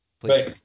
please